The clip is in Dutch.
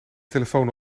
telefoon